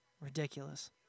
Ridiculous